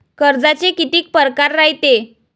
कर्जाचे कितीक परकार रायते?